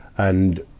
and,